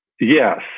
Yes